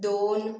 दोन